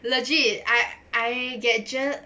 legit I I get jealous